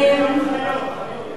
יש גם חיות.